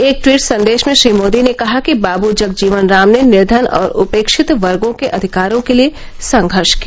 एक ट्वीट संदेश में श्री मोदी ने कहा कि बाबू जगजीवन राम ने निर्धन और उपेक्षित वर्गो के अधिकारों के लिए संघर्ष किया